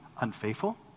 unfaithful